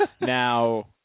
Now